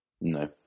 No